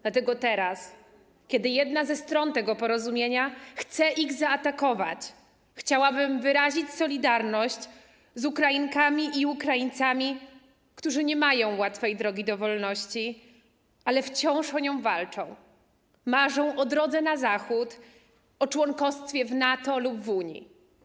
Dlatego teraz, kiedy jedna ze stron tego porozumienia chce zaatakować ten kraj, chciałabym wyrazić solidarność z Ukrainkami i Ukraińcami, którzy nie mają łatwej drogi do wolności, ale wciąż o nią walczą, marzą o drodze na zachód, o członkostwie w NATO, w Unii.